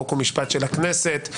חוק ומשפט של הכנסת,